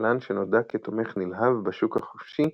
כלכלן שנודע כתומך נלהב בשוק החופשי